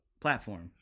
platform